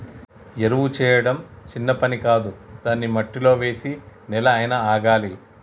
ఎరువు చేయడం చిన్న పని కాదు దాన్ని మట్టిలో వేసి నెల అయినా ఆగాలి